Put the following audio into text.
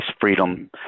freedom